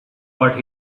but